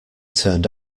turned